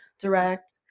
direct